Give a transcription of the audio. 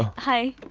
hi!